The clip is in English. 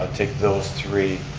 take those three.